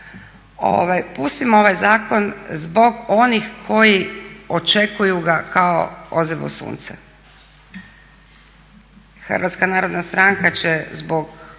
Pustimo ovaj zakon zbog onih koji očekuju ga kao ozeblo sunce. Hrvatska narodna stranka će zbog